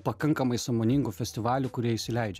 pakankamai sąmoningų festivalių kurie įsileidžia